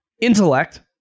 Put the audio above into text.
Intellect